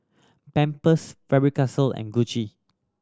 Pampers Faber Castell and Gucci